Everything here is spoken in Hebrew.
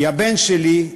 כי הבן שלי,